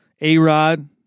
A-Rod